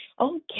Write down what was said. Okay